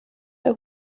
der